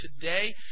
today